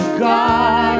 God